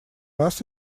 раз